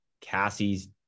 Cassie's